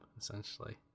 essentially